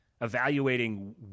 evaluating